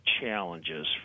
challenges